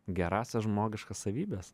gerąsias žmogiškas savybes